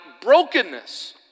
brokenness